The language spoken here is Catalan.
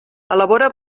elabora